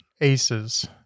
aces